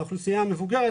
האוכלוסייה המבוגרת,